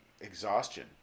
exhaustion